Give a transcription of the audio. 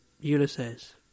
Ulysses